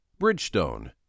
Bridgestone